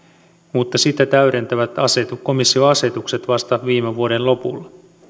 mutta sitä täydentävät komissioasetukset annettiin vasta viime vuoden lopulla